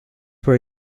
were